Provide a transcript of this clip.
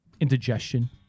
Indigestion